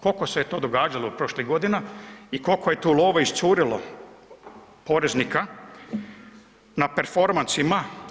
Kolko se je to događalo prošlih godina i kolko je tu love iscurilo poreznika na performansima?